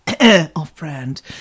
off-brand